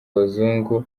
abazungu